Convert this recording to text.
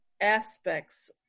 aspects